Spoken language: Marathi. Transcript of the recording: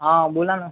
हां बोला ना